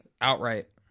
Outright